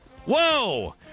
whoa